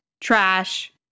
trash